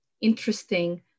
interesting